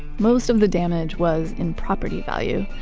most of the damage was in property value,